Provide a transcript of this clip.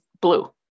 blue